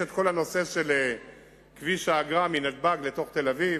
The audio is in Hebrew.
יש כל הנושא של כביש האגרה מנתב"ג לתוך תל-אביב,